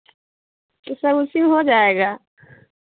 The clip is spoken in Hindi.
तो सब उसी में हो जाएगा